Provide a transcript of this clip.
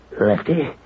Lefty